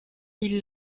ils